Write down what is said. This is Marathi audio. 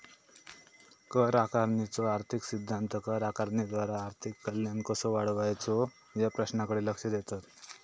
कर आकारणीचो आर्थिक सिद्धांत कर आकारणीद्वारा आर्थिक कल्याण कसो वाढवायचो या प्रश्नाकडे लक्ष देतत